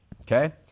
Okay